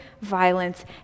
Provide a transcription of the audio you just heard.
violence